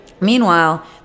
Meanwhile